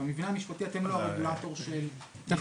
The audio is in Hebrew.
במבנה המשפטי אתם לא הרגולטור של הנש"פים.